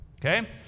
Okay